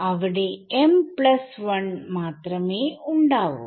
അവിടെ m1 മാത്രമേ ഉണ്ടാവൂ